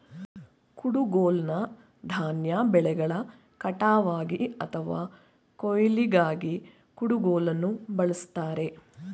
ಕುಡುಗ್ಲನ್ನ ಧಾನ್ಯ ಬೆಳೆಗಳ ಕಟಾವ್ಗಾಗಿ ಅಥವಾ ಕೊಯ್ಲಿಗಾಗಿ ಕುಡುಗೋಲನ್ನ ಬಳುಸ್ತಾರೆ